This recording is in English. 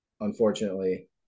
unfortunately